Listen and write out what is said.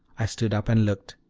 i stood up and looked.